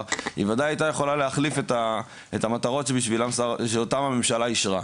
היא ודאי הייתה יכולה להחליף את המטרות שאותן הממשלה אישרה.